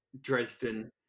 Dresden